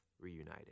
reuniting